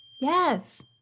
Yes